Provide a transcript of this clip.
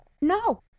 No